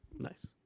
Nice